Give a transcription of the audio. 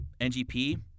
NGP